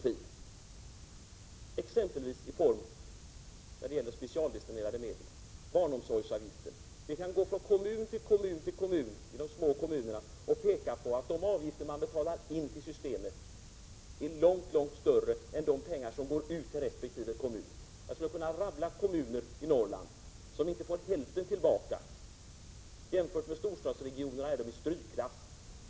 Jag tänker exempelvis på sådana specialdestinerade medel som gäller barnomsorgen. — Vi kan gå från kommun till kommun, när det gäller de små kommunerna, och skall då finna att de avgifter som dessa kommuner betalar in till systemet är långt större än de belopp som går ut till resp. kommuner. Jag skulle kunna rabbla upp kommuner i Norrland som inte får hälften tillbaka av vad de betalar in. Jämfört med storstadsregionerna är de i strykklass.